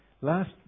Last